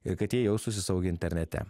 ir kad jie jaustųsi saugiai internete